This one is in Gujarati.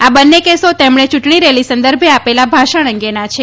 આ બંને કેસો તેમણે યૂંટણી રેલી સંદર્ભે આપેલા ભાષણ અંગેના છે